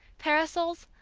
parasols,